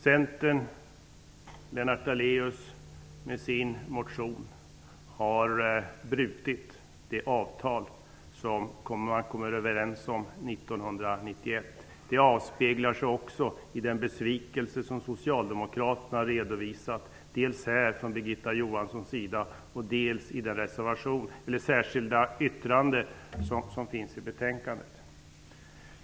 Centern och Lennart Daléus har med sin motion brutit det avtal som man kom överens om 1991. Det avspeglar sig också i den besvikelse som Socialdemokraterna har redovisat, dels av Birgitta Johansson, dels i det särskilda yttrande som är fogat till betänkandet.